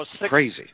crazy